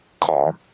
call